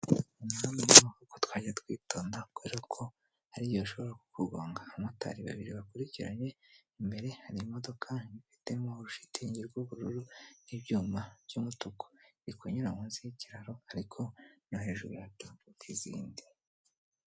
Ko twajya twitonda kubera ko hari igihe bashobora ku kugonga, abamotari babiri bakurikiranye imbere hari imodoka ifitemo urushitingi rw'ubururu n'ibyuma by'umutuku, iri kunyura munsi y'ikiraro ariko no hejuru haturukayo n'izindi.